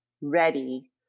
ready